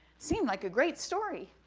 seemed like a great story.